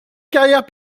carrière